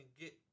get